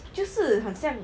就是很像